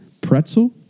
pretzel